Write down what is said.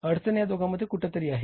अडचण यादोघांमध्ये कोठे तरी आहे